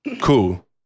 cool